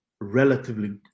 relatively